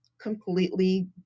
completely